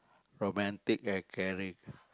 romantic and caring